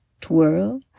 twirl